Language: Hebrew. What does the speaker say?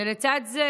ולצד זה